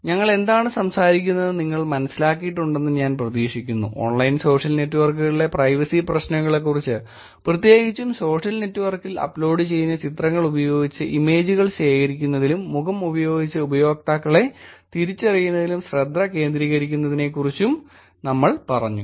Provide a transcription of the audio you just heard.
ഞങ്ങൾ എന്താണ് സംസാരിക്കുന്നതെന്ന് നിങ്ങൾ മനസ്സിലാക്കിയിട്ടുണ്ടെന്ന് ഞാൻ പ്രതീക്ഷിക്കുന്നു ഓൺലൈൻ സോഷ്യൽ നെറ്റ്വർക്കുകളിലെ പ്രൈവസി പ്രശ്നങ്ങളെക്കുറിച്ച് പ്രത്യേകിച്ചും സോഷ്യൽ നെറ്റ്വർക്സിൽ അപ്ലോഡ് ചെയ്യുന്ന ചിത്രങ്ങൾ ഉപയോഗിച്ച് ഇമേജുകൾ ശേഖരിക്കുന്നതിലും മുഖം ഉപയോഗിച്ച് ഉപയോക്താക്കളെ തിരിച്ചറിയുന്നതിലും ശ്രദ്ധ കേന്ദ്രീകരിക്കുന്നതിനെക്കുറിച്ചും നമ്മൾ പറഞ്ഞു